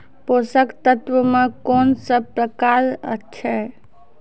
पोसक तत्व मे कून सब प्रकार अछि?